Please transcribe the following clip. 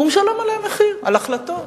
הוא משלם עליהן מחיר, על ההחלטות.